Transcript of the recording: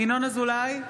ינון אזולאי,